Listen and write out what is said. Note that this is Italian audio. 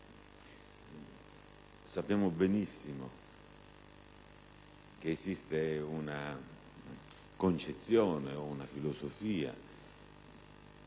Sappiamo benissimo che esiste una concezione o una filosofia